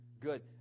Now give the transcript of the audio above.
good